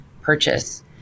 purchase